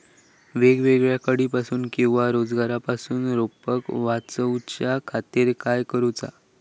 वेगवेगल्या किडीपासून किवा रोगापासून रोपाक वाचउच्या खातीर काय करूचा?